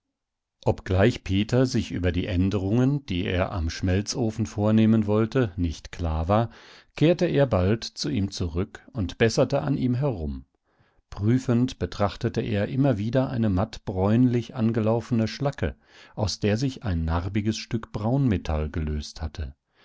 obgleich peter sich über die änderungen die er am schmelzofen vornehmen wollte nicht klar war kehrte er bald zu ihm zurück und besserte an ihm herum prüfend betrachtete er immer wieder eine mattbräunlich angelaufene schlacke aus der sich ein narbiges stück braunmetall gelöst hatte